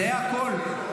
זה הכול.